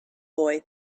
boy